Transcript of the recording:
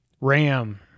RAM